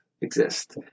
exist